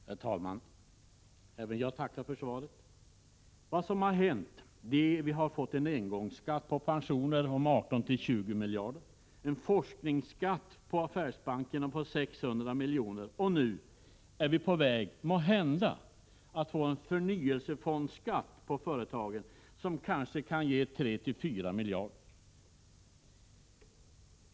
Herr talman! Även jag tackar för svaret. Vad som har hänt är att vi har fått en engångsskatt på pensioner om 18-20 miljarder kronor samt en forskningsskatt på affärsbankerna om 600 milj.kr., och nu är vi måhända på väg att få en förnyelsefondsskatt på företagen som kan komma att ge 34 miljarder.